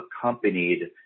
accompanied